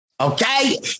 okay